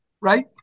right